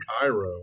Cairo